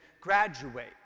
graduate